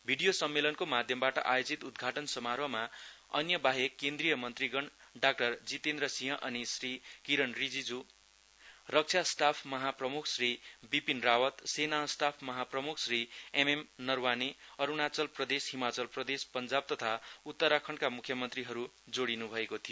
video सम्मेलनको माध्यमबाट आयोजित उदघाटन समारोहमा अन्य बाहेक केन्द्रिय मन्त्रीगण डाक्टर जितेन्द्र सिंह अनि श्री किरण रिजिजु रक्षा स्टाफ महा प्रमुख श्री बिपिन रावत सेना स्टाफ महा प्रमुख श्री एमएम नरवाने अरुणाचल प्रदेशहिमाचल प्रदेश पञ्जाब तथा उत्तरखण्डका मुख्यमन्त्रीहरु जोडिनु भएको थियो